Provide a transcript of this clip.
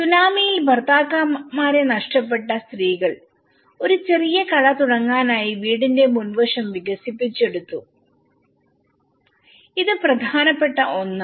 സുനാമിയിൽ ഭർത്താക്കന്മാരെ നഷ്ടപ്പെട്ട സ്ത്രീകൾഒരു ചെറിയ കട തുടങ്ങാനായി വീടിന്റെ മുൻവശം വികസിപ്പിച്ചു ഇത് പ്രധാനപ്പെട്ട ഒന്നാണ്